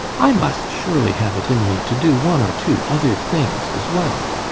i must surely have it in me to do one or two other things as well.